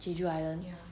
jeju island